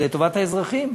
לטובת האזרחים,